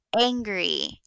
angry